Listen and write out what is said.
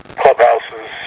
clubhouses